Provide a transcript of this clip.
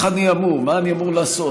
מה אני אמור לעשות?